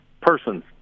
person